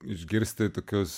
išgirsti tokius